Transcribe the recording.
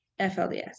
FLDS